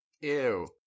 Ew